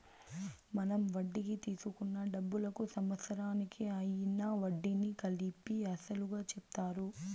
మనం వడ్డీకి తీసుకున్న డబ్బులకు సంవత్సరానికి అయ్యిన వడ్డీని కలిపి అసలుగా చెప్తారు